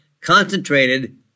concentrated